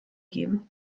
geben